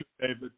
David